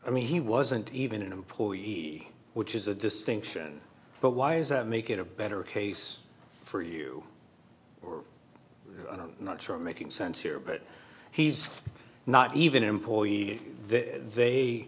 i mean he wasn't even an employee which is a distinction but why is that make it a better case for you and i'm not sure i'm making sense here but he's not even an employee th